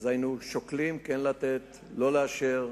אז היינו שוקלים, כן לתת, לא לאשר.